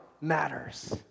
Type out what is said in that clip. matters